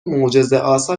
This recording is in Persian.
معجزهآسا